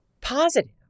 positive